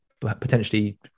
potentially